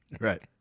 Right